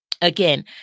Again